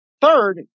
Third